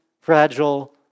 fragile